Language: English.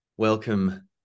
Welcome